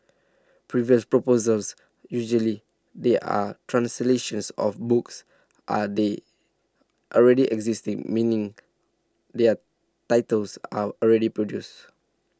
previous proposals usually they are translations of books are they already existing meaning their titles are already produced